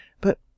But